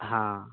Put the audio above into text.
हाँ